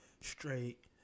straight